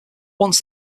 once